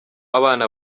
abana